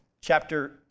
Chapter